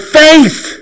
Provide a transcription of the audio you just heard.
faith